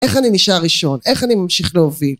איך אני נשאר ראשון? איך אני ממשיך להוביל?